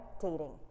dating